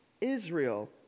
Israel